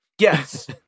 Yes